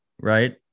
right